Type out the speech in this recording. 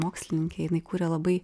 mokslininkė jinai kuria labai